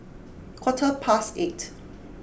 quarter past eight